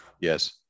Yes